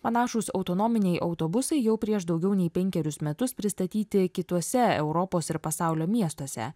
panašūs autonominiai autobusai jau prieš daugiau nei penkerius metus pristatyti kituose europos ir pasaulio miestuose